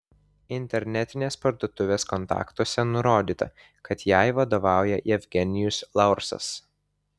internetinės parduotuvės kontaktuose nurodyta kad jai vadovauja jevgenijus laursas